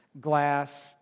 glass